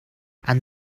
and